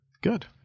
Good